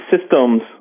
systems